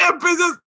business